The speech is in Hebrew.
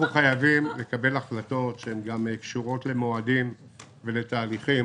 חייבים לקבל החלטות שגם קשורות למועדים ולתהליכים.